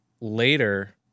later